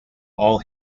all